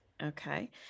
Okay